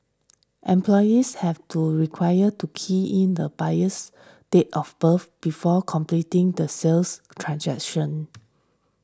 employees have to required to key in the buyer's date of birth before completing the sales transaction